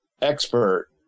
expert